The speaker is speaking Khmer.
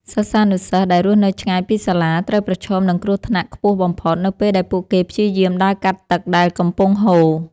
សិស្សានុសិស្សដែលរស់នៅឆ្ងាយពីសាលា ត្រូវប្រឈមនឹងគ្រោះថ្នាក់ខ្ពស់បំផុត នៅពេលដែលពួកគេព្យាយាមដើរកាត់ទឹកដែលកំពុងហូរ។